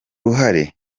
ruhare